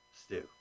stew